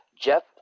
Jeff